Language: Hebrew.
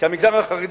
כי המגזר החרדי,